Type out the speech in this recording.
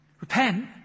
repent